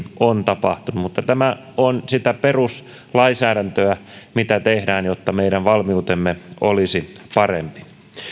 on tapahtunut tämä on sitä peruslainsäädäntöä mitä tehdään jotta meidän valmiutemme olisi parempi